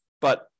but-